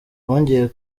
bongeye